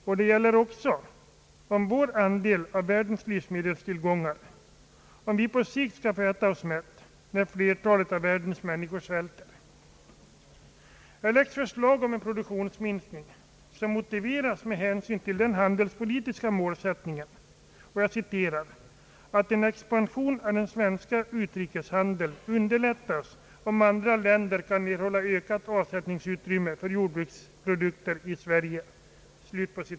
Och det gäller vår andel av världens livsmedelstillgångar — om vi på sikt skall få äta oss mätta när flertalet av världens människor svälter. Här föreslår man en produktionsminskning som motiveras med hänvisning till den handelspolitiska målsättningen »att en expansion av den svenska utrikeshandeln underlättas om andra länder kan erhålla ökat avsättningsutrymme för jordbruksprodukter i Sverige».